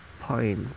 point